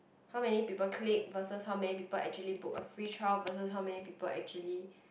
how many people click versus how many people actually book a free trial versus how many people actually